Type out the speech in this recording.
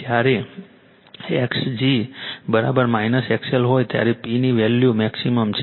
જ્યારે X g XL હોય ત્યારે P ની વેલ્યુ મેક્સિમમ છે